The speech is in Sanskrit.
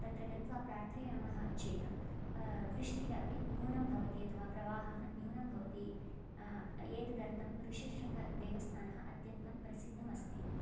तत्र गत्वा प्रार्थयामः चेत् वृष्टिः अपि न्यूनं भवति अथवा प्रवाहः न्यूनं भवति एतदर्थं ऋष्यशृङ्गदेवस्थानम् अत्यन्तं प्रसिद्धम् अस्ति